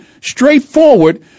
straightforward